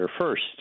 first